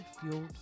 fueled